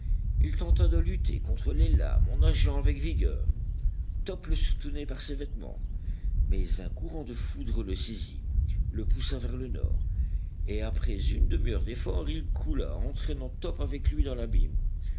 il tenta de lutter contre les lames en nageant avec vigueur top le soutenait par ses vêtements mais un courant de foudre le saisit le poussa vers le nord et après une demi-heure d'efforts il coula entraînant top avec lui dans